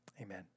Amen